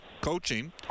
coaching